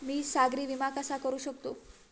मी सागरी विमा कसा करू शकतो?